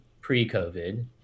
pre-COVID